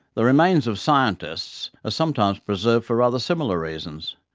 the remains of scientists are sometimes preserved for rather similar reasons,